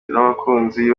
n’abakunzi